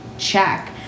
Check